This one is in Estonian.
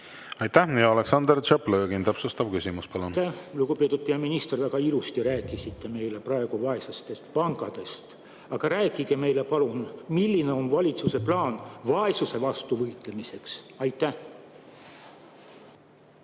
Aitäh! Aleksandr Tšaplõgin, täpsustav küsimus, palun! Aitäh! Lugupeetud peaminister! Väga ilusti rääkisite meile praegu vaestest pankadest, aga rääkige meile palun, milline on valitsuse plaan vaesuse vastu võitlemiseks. Aitäh!